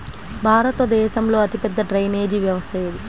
భారతదేశంలో అతిపెద్ద డ్రైనేజీ వ్యవస్థ ఏది?